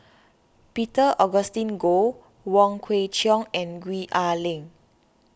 Peter Augustine Goh Wong Kwei Cheong and Gwee Ah Leng